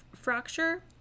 fracture